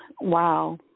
Wow